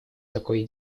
такой